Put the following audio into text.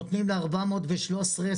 זה השלישי במספר.